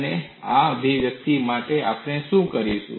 અને આ અભિવ્યક્તિ સાથે આપણે શું કરીશું